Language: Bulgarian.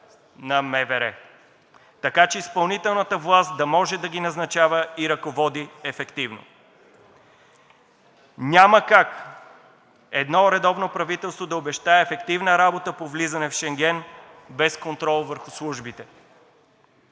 на МВР, така че изпълнителната власт да може да ги назначава и ръководи ефективно. Няма как едно редовно правителство да обещае ефективна работа по влизане в Шенген без контрол върху службите.